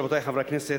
רבותי חברי הכנסת,